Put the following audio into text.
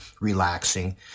relaxing